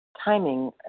timing